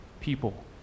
people